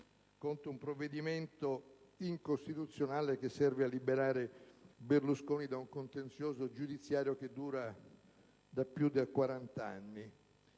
contro un provvedimento incostituzionale che serve a liberare Berlusconi da un contenzioso giudiziario che dura da più di 40 anni.